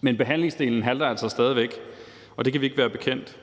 Men behandlingsdelen halter altså stadig væk, og det kan vi ikke være bekendt.